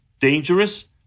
Dangerous